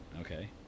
okay